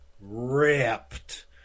ripped